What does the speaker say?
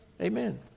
Amen